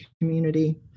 community